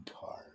card